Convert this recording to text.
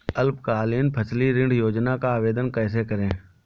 अल्पकालीन फसली ऋण योजना का आवेदन कैसे करें?